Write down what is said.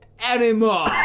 anymore